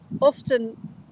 often